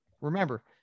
remember